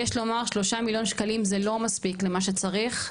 יש לומר, 3,000,000 שקלים זה לא מספיק למה שצריך.